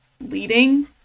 leading